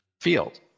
field